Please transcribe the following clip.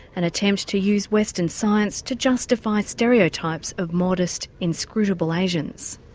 an attempt to use western science to justify stereotypes of modest, inscrutable asians.